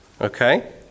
Okay